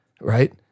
right